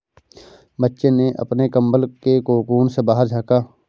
बच्चे ने अपने कंबल के कोकून से बाहर झाँका